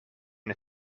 the